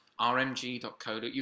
rmg.co.uk